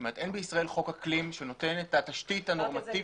אין בישראל חוק אקלים שנותן את התשתית הנורמטיבית.